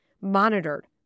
monitored